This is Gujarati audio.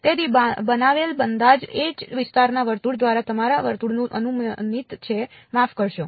તેથી બનાવેલ અંદાજ એ જ વિસ્તારના વર્તુળ દ્વારા તમારા વર્તુળનું અનુમાનિત છે માફ કરશો